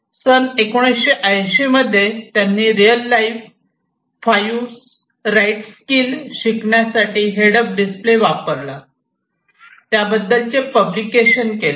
सन 1980 मध्ये त्यांनी real life five right skills शिकवण्यासाठी हेड अप डिस्प्ले वापरला त्याबद्दलच पब्लिकेशन केले